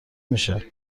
میشه